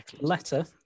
letter